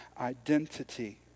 identity